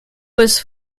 was